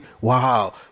wow